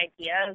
ideas